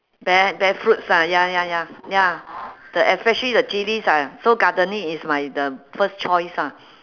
bear bear fruits ah ya ya ya ya the especially the chillies ah so gardening is my the first choice ah